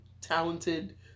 talented